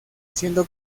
siendo